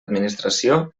administració